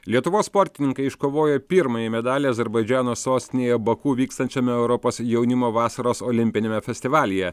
lietuvos sportininkai iškovojo pirmąjį medalį azerbaidžano sostinėje baku vykstančiame europos jaunimo vasaros olimpiniame festivalyje